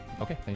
okay